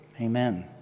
amen